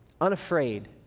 unafraid